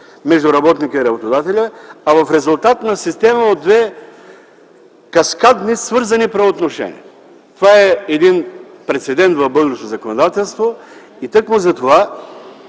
между работника и работодателя, а в резултат на система от две каскадни, свързани правоотношения. Това е един прецедент в българското законодателство и тъкмо затова